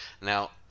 Now